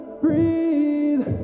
breathe